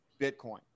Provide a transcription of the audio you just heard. Bitcoin